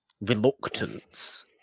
reluctance